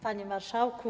Panie Marszałku!